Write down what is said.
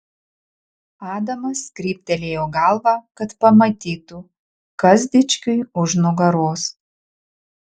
adamas kryptelėjo galvą kad pamatytų kas dičkiui už nugaros